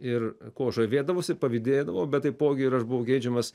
ir ko žavėdavosi pavydėdavo bet taipogi ir aš buvau geidžiamas